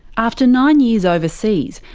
after nine years overseas,